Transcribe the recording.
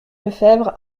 lefevre